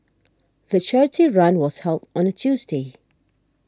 the charity run was held on a Tuesday